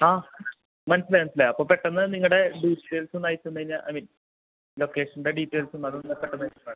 ആ മനസ്സിലായി മനസ്സിലായി അപ്പം പെട്ടെന്ന് നിങ്ങളുടെ ഡീറ്റെയിൽസ് ഒന്ന് അയച്ച് തന്ന് കഴിഞ്ഞാൽ ഐ മീൻ ലൊക്കേഷൻ്റെ ഡീറ്റെയിൽസും അതും പെട്ടെന്ന് അയച്ച് താ